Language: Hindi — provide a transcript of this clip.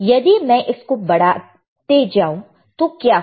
यदि मैं इसको बढ़ाते जाऊं तो यह क्या है